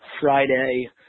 Friday